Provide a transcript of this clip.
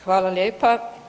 Hvala lijepa.